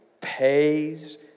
pays